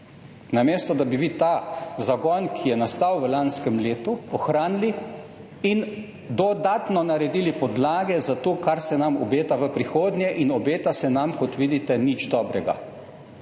namesto da bi vi ta zagon, ki je nastal v lanskem letu, ohranili in dodatno naredili podlage za to, kar se nam obeta v prihodnje. In ne obeta se nam, kot vidite, nič dobrega.